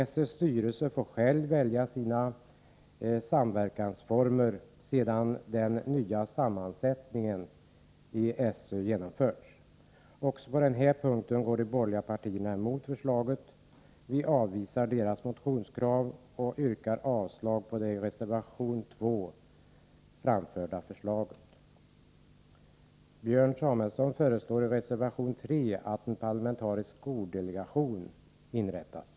SÖ:s styrelse bör själv få välja sina samverkansformer sedan dess nya sammansättning genomförts. Också på den här punkten går de borgerliga partierna emot förslaget. Vi avvisar deras motionskrav, och jag yrkar avslag på det i reservation 2 framförda förslaget. Björn Samuelson föreslår i reservation 3 att en parlamentarisk skoldelegation skall inrättas.